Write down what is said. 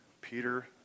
Peter